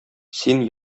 син